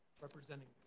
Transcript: representing